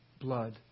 blood